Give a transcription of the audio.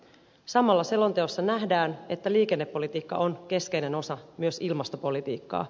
samalla selonteossa nähdään että liikennepolitiikka on keskeinen osa myös ilmastopolitiikkaa